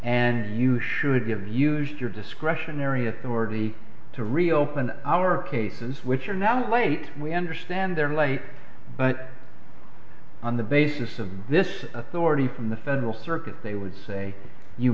and you should give used your discretionary authority to reopen our cases which are now late we understand they're late but on the basis of this authority from the federal circuit they would say you